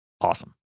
awesome